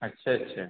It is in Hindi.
अच्छा अच्छा